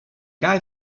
guy